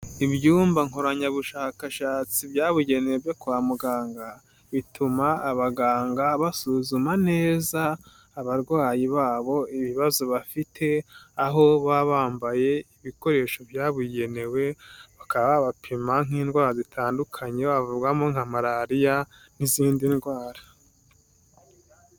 Ibyumba nkoranyabushakashatsi byabugenewe byo kwa muganga, bituma abaganga basuzuma neza abarwayi babo ibibazo bafite, aho baba bambaye ibikoresho byabugenewe, bakaba babapima nk'indwara zitandukanye wavugamo nka malariya, n'izindi ndwara.